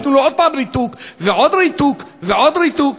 ייתנו לו עוד פעם ריתוק, ועוד ריתוק, ועוד ריתוק.